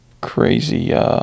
crazy